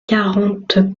quarante